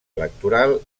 electoral